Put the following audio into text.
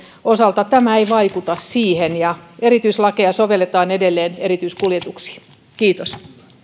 osalta tämä ei vaikuta siihen erityislakeja sovelletaan edelleen erityiskuljetuksiin kiitos